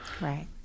right